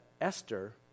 Esther